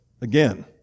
again